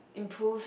improves